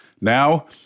Now